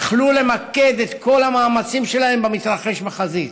יכלו למקד את כל המאמצים שלהם במתרחש בחזית,